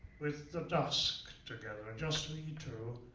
with the dusk together, just we two,